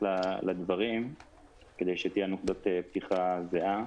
לדברים כדי שתהיה נקודת פתיחה זהה.